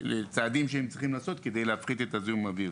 לצעדים שהם צריכים לעשות כדי להפחית את זיהום האוויר.